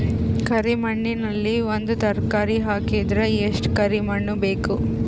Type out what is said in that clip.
ಕರಿ ಮಣ್ಣಿನಲ್ಲಿ ಒಂದ ತರಕಾರಿ ಹಾಕಿದರ ಎಷ್ಟ ಕರಿ ಮಣ್ಣು ಬೇಕು?